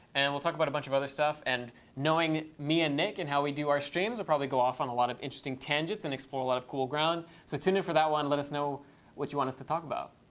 and we'll talk about a bunch of other stuff. and knowing me and nick and how we do our streams, it'll probably go off on a lot of interesting tangents and explore a lot of cool ground. so tune in for that one. let us know what you want us to talk about.